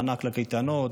מענק לקייטנות,